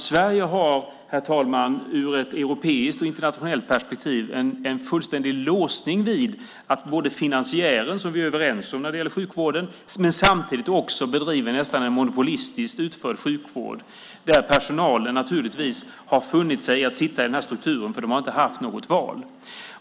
Sverige har, herr talman, ur ett europeiskt och internationellt perspektiv en fullständig låsning vid finansiären, som vi är överens om när det gäller sjukvården, men bedriver samtidigt en nästan monopolistiskt utförd sjukvård där personalen naturligtvis har funnit sig i att sitta i den strukturen därför att de inte har haft något val.